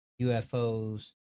UFOs